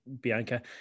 Bianca